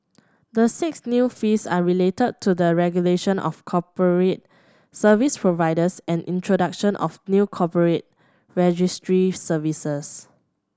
the six new fees are related to the regulation of corporate service providers and introduction of new corporate registry services